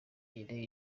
nyene